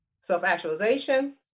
self-actualization